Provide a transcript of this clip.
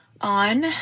On